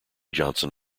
johnson